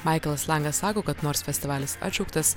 maiklas langas sako kad nors festivalis atšauktas